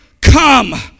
Come